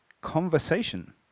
conversation